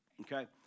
Okay